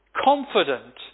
confident